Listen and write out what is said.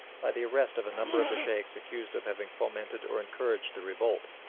by the arrest of a number of the sheikhs accused of having fomented or encouraged the revolt,